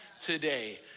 today